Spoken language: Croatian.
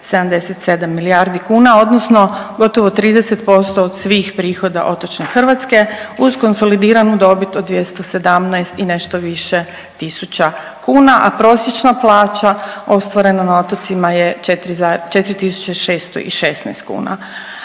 3,77 milijardi kuna odnosno gotovo 30% od svih prihoda otočne Hrvatske uz konsolidiranu dobit od 217 i nešto više tisuća kuna, a prosječna plaća ostvarena na otocima je 4.616 kuna.